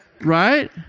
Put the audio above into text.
Right